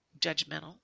judgmental